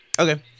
Okay